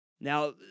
Now